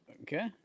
Okay